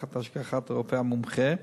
תחת השגחת הרופא המומחה,